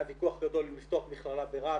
היה ויכוח גדול אם לפתוח מכללה ברהט,